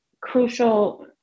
crucial